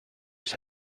its